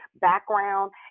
background